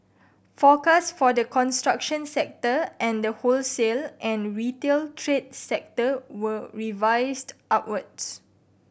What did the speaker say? forecasts for the construction sector and the wholesale and retail trade sector were revised upwards